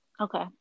okay